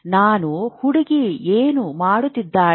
ನಾನು ಹುಡುಗಿ ಏನು ಮಾಡುತ್ತಿದ್ದಾಳೆ